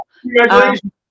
Congratulations